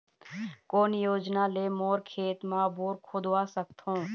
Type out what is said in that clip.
कोन योजना ले मोर खेत मा बोर खुदवा सकथों?